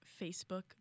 facebook